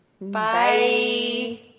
Bye